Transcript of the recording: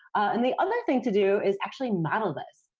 and the other thing to do, is actually model this.